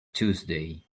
tuesday